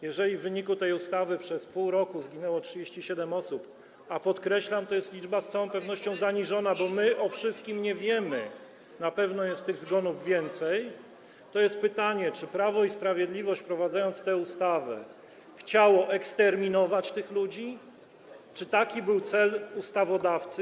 Jeżeli w wyniku tej ustawy przez pół roku zginęło 37 osób, a podkreślam, to jest liczba z całą pewnością zaniżona, bo my o wszystkim nie wiemy, na pewno jest tych zgonów więcej, to jest pytanie: Czy Prawo i Sprawiedliwość, wprowadzając tę ustawę, chciało eksterminować tych ludzi, czy taki był cel ustawodawcy?